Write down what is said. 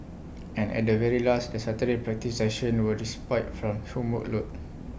and at the very least the Saturday practice sessions were just spite from homework load